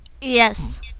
Yes